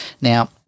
Now